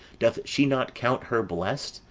doth she not count her blest,